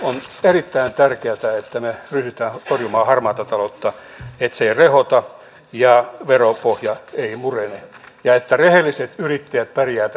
on erittäin tärkeätä että me ryhdymme torjumaan harmaata taloutta että se ei rehota ja veropohja ei murene ja että rehelliset yrittäjät pärjäävät tässä maassa